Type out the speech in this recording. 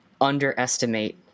underestimate